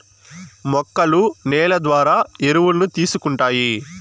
మొక్కలు నేల ద్వారా ఎరువులను తీసుకుంటాయి